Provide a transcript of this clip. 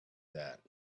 that